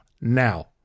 Now